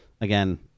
Again